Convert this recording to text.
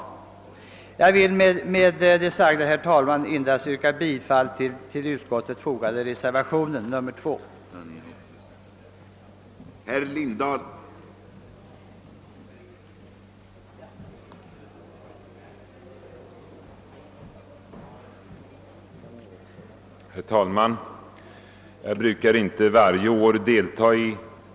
Jag vill med det sagda yrka bifall till reservationen 2 av herr Edström m.fl.